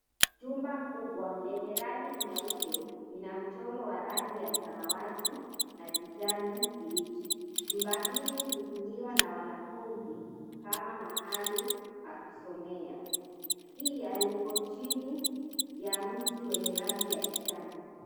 Jumba kubwa lenye rangi nyeupe, linamchoro wa rangi ya samawati na kijani kibichi. Jumba hili hutumiwa na wanafunzi kama mahali pa kusomea. Pia liko chini ya mti wenye rangi ya kijani.